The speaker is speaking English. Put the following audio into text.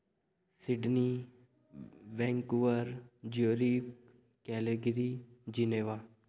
Sydney Vancouver zurich Calgary Geneva